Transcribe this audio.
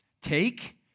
Take